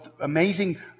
amazing